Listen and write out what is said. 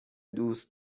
دوست